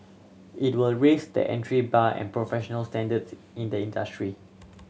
it will raise the entry bar and professional standards in the industry